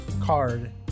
card